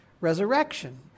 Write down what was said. resurrection